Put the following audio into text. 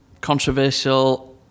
controversial